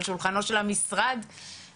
על שולחנו של המשרד מונחים הרבה נושאים.